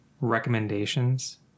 recommendations